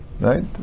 right